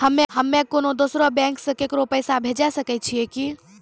हम्मे कोनो दोसरो बैंको से केकरो पैसा भेजै सकै छियै कि?